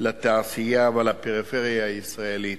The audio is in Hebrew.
לתעשייה ולפריפריה הישראלית,